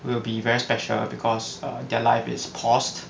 will be very special because err their life is paused